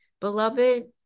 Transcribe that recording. beloved